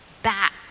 back